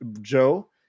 Joe